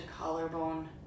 collarbone